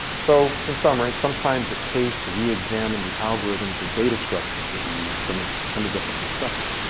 so in summary, sometimes it pays to re-examine the algorithms and data structures that we use from ah from a different perspective.